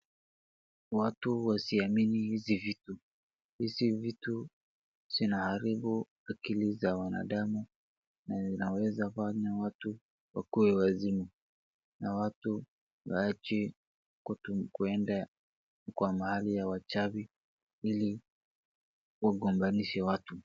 Watu wasiamini hizi vitu. Hizi vitu zinaharibu akili za wanadamu, na zinaweza fanya watu wakuwe wazimu, na watu waache kuenda kwa mahali ya wachawi, ili wagombanishe watu.